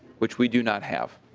which we do not have.